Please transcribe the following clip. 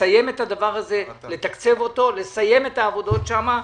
לתקצב את הדבר הזה, לסיים את העבודות שם.